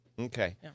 Okay